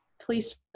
please